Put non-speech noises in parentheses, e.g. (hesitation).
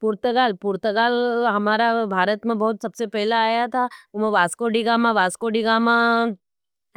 Portugal, Portugal हमारा भारत में बहुत सबसे पहला आया था। वास्कोडिगा में, वास्कोडिगा में (hesitation)